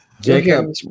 Jacob